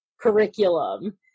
curriculum